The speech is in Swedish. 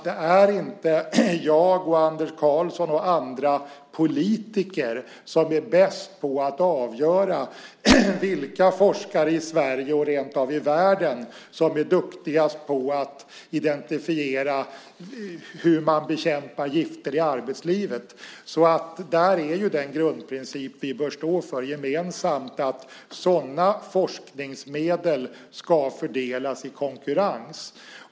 Det är inte jag, Anders Karlsson och andra politiker som är bäst på att avgöra vilka forskare i Sverige och rentav i världen som är duktigast på att identifiera hur man bekämpar gifter i arbetslivet. Den grundprincip vi bör stå för gemensamt är att sådana forskningsmedel ska fördelas i konkurrens.